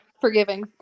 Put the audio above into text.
forgiving